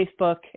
Facebook